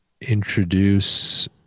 introduce